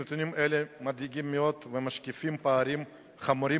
נתונים אלה מדאיגים ומשקפים פערים חמורים